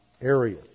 area